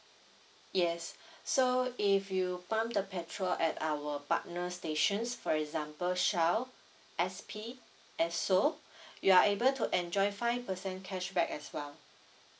yes so if you pump the petrol at our partner stations for example shell S_P esso you are able to enjoy five percent cashback as well